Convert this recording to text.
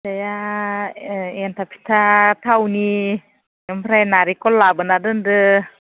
गैया एनथाब फिथा थावनि ओमफ्राय नारेंखल लाबोना दोनदों